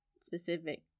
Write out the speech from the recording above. specific